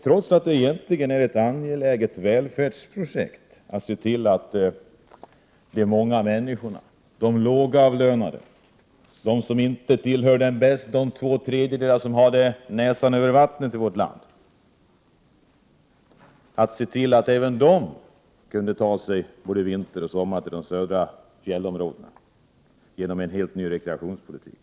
Det är egentligen ett angeläget välfärdsprojekt att se till att de många människorna, de lågavlönade, de som inte tillhör de två tredjedelar som har näsan över vattenytan i vårt land, både vinter och sommar kunde ta sig till de södra fjällområdena, som ett resultat av en ny rekreationspolitik.